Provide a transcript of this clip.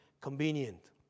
convenient